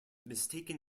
mistaken